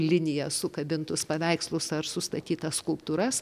liniją sukabintus paveikslus ar sustatytas skulptūras